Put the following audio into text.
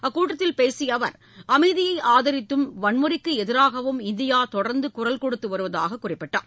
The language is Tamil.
அக்கூட்டத்தில் பேசிய அவர் அமைதியை ஆதரித்தும் வன்முறைக்கு எதிராகவும் இந்தியா தொடர்ந்து குரல் கொடுத்து வருவதாகக் கூறினார்